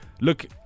look